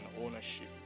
ownership